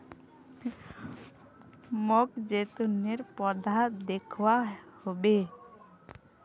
मोक जैतूनेर पौधा दखवा ह बे